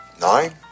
Nine